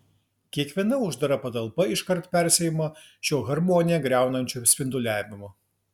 kiekviena uždara patalpa iškart persiima šiuo harmoniją griaunančiu spinduliavimu